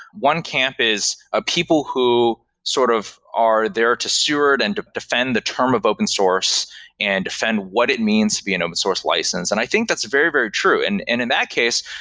one camp is ah people who sort of are there to steward and defend the term of open source and defend what it means to be an open source license, and i think that's very, very true. and and in that case,